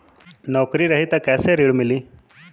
नौकरी रही त कैसे ऋण मिली?